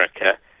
America